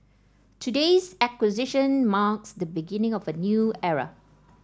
today's acquisition marks the beginning of a new era